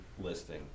listing